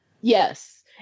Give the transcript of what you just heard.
Yes